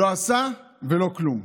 לא עשה ולא כלום.